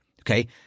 okay